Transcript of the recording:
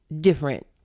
different